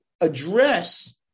address